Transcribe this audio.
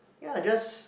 ya just